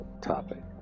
topic